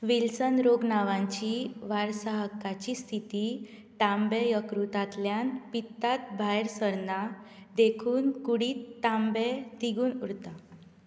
Wilson रोग नांवाची वारसाहक्काची स्थिती तांबें यकृतांतल्यान पित्तांत भायर सरना देखून कुडींत तांबें तिगून उरता